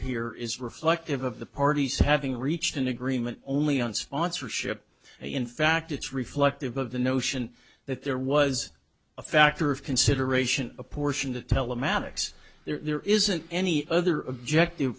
here is reflective of the parties having reached an agreement only on sponsorship in fact it's reflective of the notion that there was a factor of consideration a portion to telematics there isn't any other objective